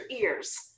ears